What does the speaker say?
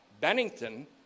Bennington